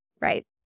right